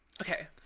Okay